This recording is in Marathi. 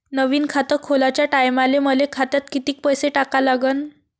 नवीन खात खोलाच्या टायमाले मले खात्यात कितीक पैसे टाका लागन?